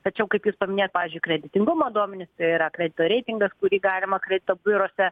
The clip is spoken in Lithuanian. tačiau kaip ir paminėjot pavyzdžiui kreditingumo duomenys tai yra kredito reitingas kurį galima kredito biuruose